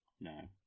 no